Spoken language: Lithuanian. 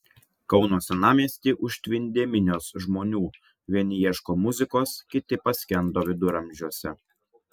kauno senamiestį užtvindė minios žmonių vieni ieško muzikos kiti paskendo viduramžiuose